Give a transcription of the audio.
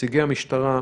נציגי המשטרה,